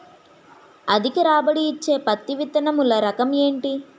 అధిక రాబడి ఇచ్చే పత్తి విత్తనములు రకం ఏంటి?